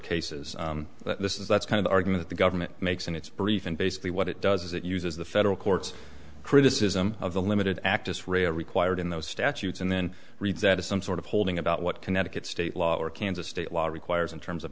cases this is that's kind of argument the government makes and it's brief and basically what it does is it uses the federal courts criticism of the limited actis raya required in those statutes and then read that as some sort of holding about what connecticut state law or kansas state law requires in terms of